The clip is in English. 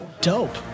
Dope